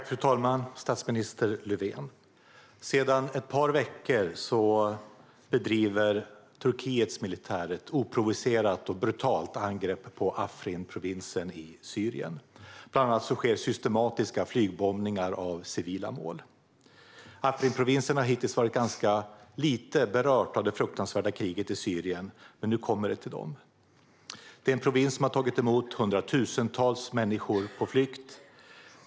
Fru talman! Statsminister Löfven! Sedan ett par veckor tillbaka gör Turkiets militär ett oprovocerat och brutalt angrepp på Afrinprovinsen i Syrien. Bland annat sker systematiska flygbombningar av civila mål. Afrinprovinsen har hittills varit ganska lite berörd av det fruktansvärda kriget i Syrien. Men nu kommer det till dem. Det är en provins som har tagit emot hundratusentals människor på flykt.